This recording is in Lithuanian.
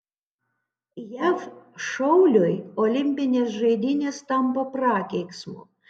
jav šauliui olimpinės žaidynės tampa prakeiksmu